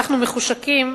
אנחנו מחושקים,